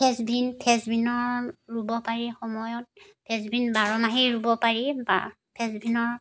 ফ্ৰেচবিন ফ্ৰেচবিনৰ ৰুব পাৰি সময়ত ফ্ৰেচবিন বাৰ মাহেই ৰুব পাৰি ফ্ৰেচবিনৰ